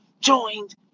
joined